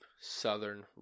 southern